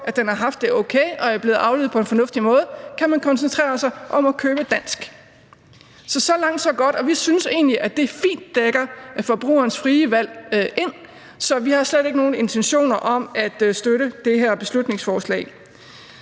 at den har haft det okay og er blevet aflivet på en fornuftig måde, kan man koncentrere sig om at købe dansk. Så langt, så godt. Og vi synes egentlig, at det fint dækker forbrugerens frie valg ind, så vi har slet ikke nogen intentioner om at støtte det her beslutningsforslag.